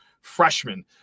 freshman